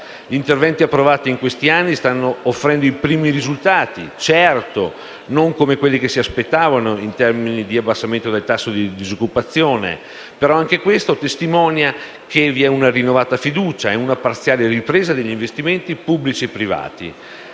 Gli interventi approvati in questi anni stanno offrendo i primi risultati. Certo, non come quelli che si aspettavano in termini di abbassamento del tasso di disoccupazione, però anche questo testimonia che vi è una rinnovata fiducia e una parziale ripresa degli investimenti pubblici e privati.